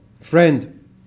friend